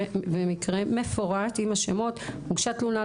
ומקרה מפורט עם השמות הוגשה תלונה,